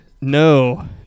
No